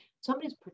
somebody's